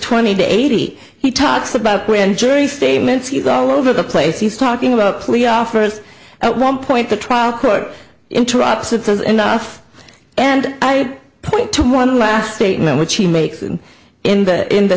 twenty to eighty he talks about grand jury statements he's all over the place he's talking about plea offers at one point the trial court interrupts it says enough and i point to one last statement which he makes and in the in the